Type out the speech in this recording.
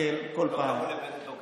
לא קראו לבנט "בוגד".